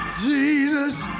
Jesus